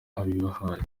abihaye